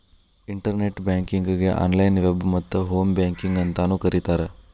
internet ಬ್ಯಾಂಕಿಂಗಗೆ online web ಮತ್ತ home banking ಅಂತಾನೂ ಕರಿತಾರ